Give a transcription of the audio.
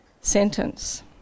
sentence